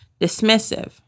dismissive